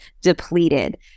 depleted